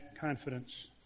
confidence